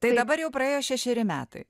tai dabar jau praėjo šešeri metai